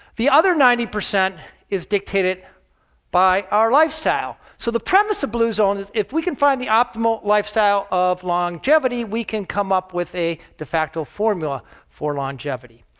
the other ninety percent is dictated by our lifestyle. so the premise of blue zones if we can find the optimal lifestyle of longevity we can come up with a de facto formula for longevity.